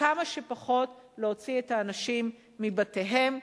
וכמה שפחות להוציא את האנשים מבתיהם,